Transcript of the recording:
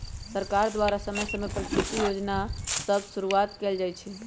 सरकार द्वारा समय समय पर कृषि जोजना सभ शुरुआत कएल जाइ छइ